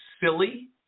silly